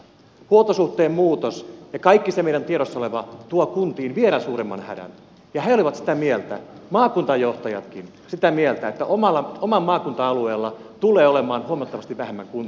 huoltosuhteen muutos ja kaikki se meidän tiedossamme oleva tuovat kuntiin vielä suuremman hädän ja he olivat sitä mieltä maakuntajohtajatkin että oman maakunnan alueella tulee olemaan huomattavasti vähemmän kuntia kuin tänään